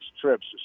trips